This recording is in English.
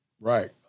Right